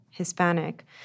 Hispanic